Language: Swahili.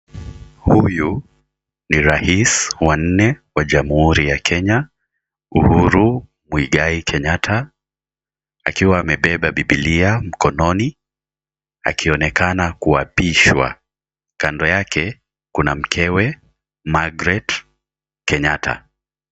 Huyu ni Rais wa nne wa Jamhuri ya Kenya, Uhuru Muigai Kenyatta. Akiwa amebeba bibilia mkononi akionekana kuapishwa. Kando yake kuna mkewe, Margaret Kenyatta.